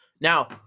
Now